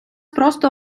просто